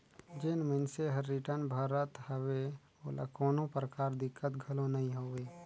जेन मइनसे हर रिटर्न भरत हवे ओला कोनो परकार दिक्कत घलो नइ होवे